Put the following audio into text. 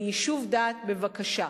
ביישוב דעת בבקשה.